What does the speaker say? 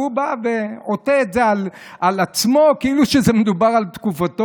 והוא בא ועוטה את זה על עצמו כאילו שמדובר על תקופתו.